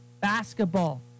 basketball